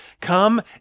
Come